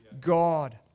God